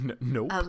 Nope